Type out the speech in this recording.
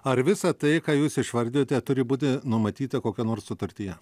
ar visa tai ką jūs išvardijote turi būti numatyta kokioj nors sutartyje